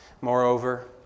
Moreover